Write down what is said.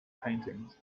paintings